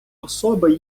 особи